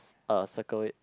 uh circle it